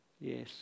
Yes